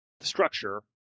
structure